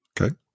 Okay